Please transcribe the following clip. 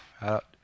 out